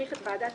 שמסמיך את ועדת